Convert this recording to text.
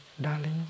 darling